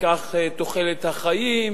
ניקח את תוחלת החיים,